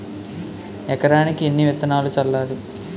ఎకరానికి ఎన్ని విత్తనాలు చల్లాలి?